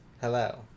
Hello